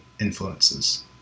influences